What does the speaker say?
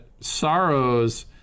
sorrows